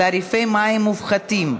התשע"ח 2018,